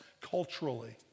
culturally